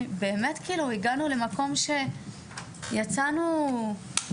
"..באמת כאילו הגענו למקום שיצאנו מזה..",